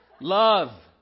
Love